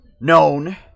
known